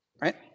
right